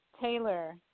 Taylor